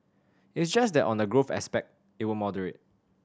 it's just that on the growth aspect it will moderate